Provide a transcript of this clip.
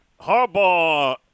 Harbaugh